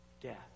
death